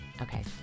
Okay